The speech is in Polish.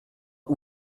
też